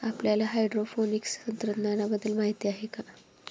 आपल्याला हायड्रोपोनिक्स तंत्रज्ञानाबद्दल माहिती आहे का?